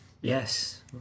Yes